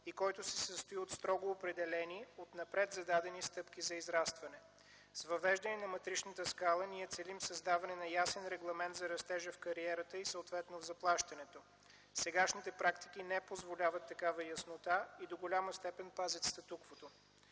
и който се състои от строго определени, отнапред зададени стъпки за израстване. С въвеждане на матричната скала ние целим създаване на ясен регламент за растежа в кариерата и съответно в заплащането. Сегашните практики не позволяват такава яснота и до голяма степен пазят статуквото.